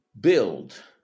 build